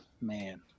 man